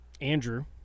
Andrew